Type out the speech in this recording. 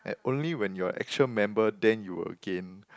and only when you are a actual member then you will gain